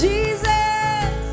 Jesus